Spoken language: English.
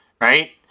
right